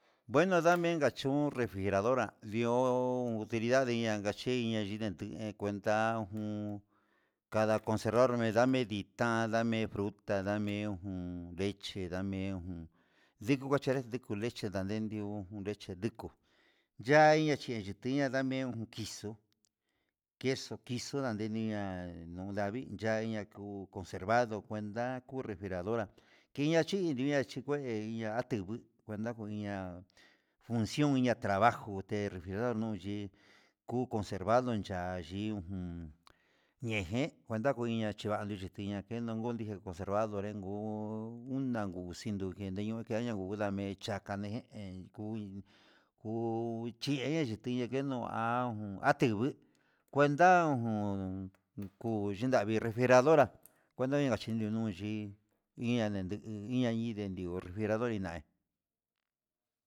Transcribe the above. Ngueno ndame inka chún refrijeradora di'ó tina ngaché dii cuenta un kada conservar ndame ndame fruta, ndame ujun leche ndamé ujun ndiko kachanré kuu leche nden di'ó leche nduu yaiña chi yeche tini'a, dame kixo queso ndade ni ihá he nduu ya'a iniku conservado ku cuenta ku refrijeradora inña chí iña chí kue ndeña atugu cuenta uña'a función ña'a trabajo nde refrijedor chí kuu conservado chanriun jun ndején kuchi vaxhioni keno kundijino conservado, ndorengu unanko xhinuke ndeñuu kiaña nduname chaka nee ke kuí kuu chinia ndechini keno ha atingui cuenta jun chinravii refrijeradora cuenta na kachi nuu yí iña ndenduku iña'a idendi refrijerador na'í.